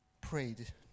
prayed